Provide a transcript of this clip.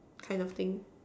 kind of thing